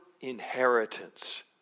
inheritance